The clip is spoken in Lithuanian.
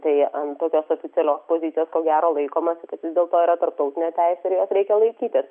tai ant tokios oficialios pozicijos ko gero laikomasi kad vis dėlto yra tarptautinė teisė ir jos reikia laikytis